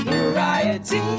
Variety